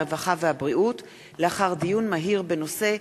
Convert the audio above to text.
הרווחה והבריאות לאחר דיון מהיר בנושא: